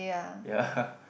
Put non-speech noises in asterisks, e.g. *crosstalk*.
ya *laughs*